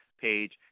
page